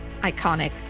Iconic